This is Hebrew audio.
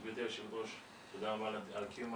גברתי היושבת ראש, תודה רבה על קיום